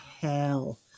hell